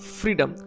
freedom